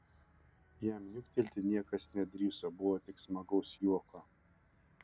jam niuktelti niekas nedrįso buvo tik smagaus juoko